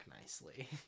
nicely